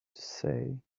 say